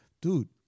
Dude